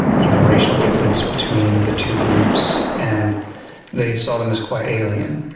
even racial difference between the two groups. and they saw them as quite alien,